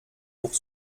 pour